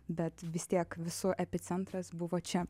bet vis tiek visų epicentras buvo čia